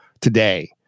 today